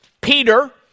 Peter